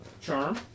Charm